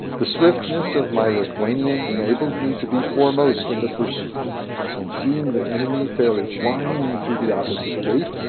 the swiftness of my lithuanian enabled me to be foremost in the pursuit and seeing the enemy fairly flying through the opposite gate,